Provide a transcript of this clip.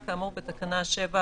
המותר, כאמור בתקנה 8(ג);